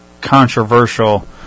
controversial